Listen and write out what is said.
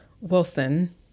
Wilson